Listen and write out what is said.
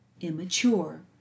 immature